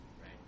right